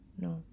No